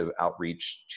outreach